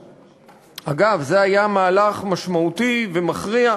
אגב, זה היה מהלך משמעותי ומכריע,